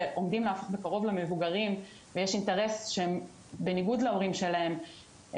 עומדים בקרוב למבוגרים ויש אינטרס שהם בניגוד להורים שלהם,